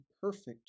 perfect